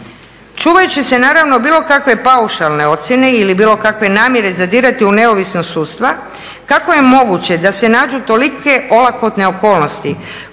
Čuvajući se naravno bilo kakve paušalne ocjene ili bilo kakve namjere za dirati u neovisnost sudstva, kako je moguće da se nađu tolike olakotne okolnosti